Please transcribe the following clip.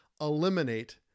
eliminate